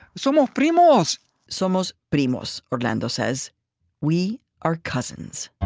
somos primos somos primos, orlando says we are cousins